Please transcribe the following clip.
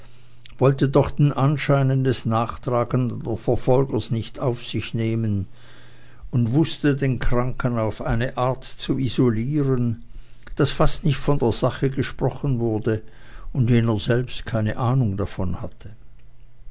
wollte doch den anschein eines nachtragenden verfolgers nicht auf sich nehmen und wußte den kranken auf eine art zu isolieren daß fast nicht von der sache gesprochen wurde und jener selbst keine ahnung davon hatte